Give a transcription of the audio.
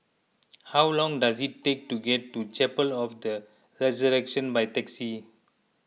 how long does it take to get to Chapel of the Resurrection by taxi